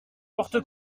porte